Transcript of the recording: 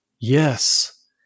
Yes